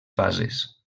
fases